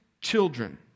children